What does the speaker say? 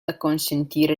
acconsentire